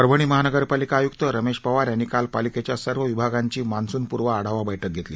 परभणी महानगरपालिका आयुक्त रमेश पवार यांनी काल पालिकेच्या सर्व विभागांची मान्सूनपूर्व आढावा बैठक घेतली